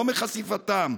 לא מחשיפתם.